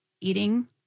eating